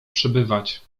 przebywać